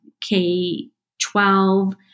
K-12